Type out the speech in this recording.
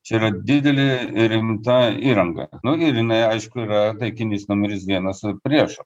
čia yra didelė rimta įranga nu ir jinai aišku yra taikinys numeris vienas priešo